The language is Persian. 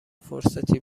فرصتی